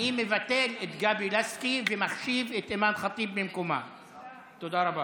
התשפ"ב 2021,